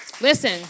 Listen